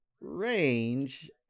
range